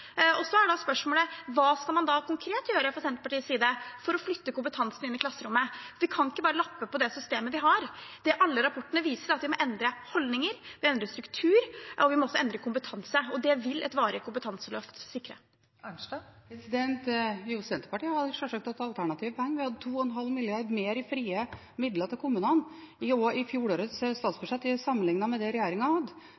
Så er da spørsmålet: Hva skal man konkret gjøre fra Senterpartiets side for å flytte kompetansen inn i klasserommet? Vi kan ikke bare lappe på det systemet vi har. Alle rapportene viser at vi må endre holdninger, vi må endre struktur, og vi må også endre kompetanse. Det vil et varig kompetanseløft sikre. Jo, Senterpartiet har sjølsagt et alternativ. Vi hadde 2,5 mrd. kr mer i frie midler til kommunene i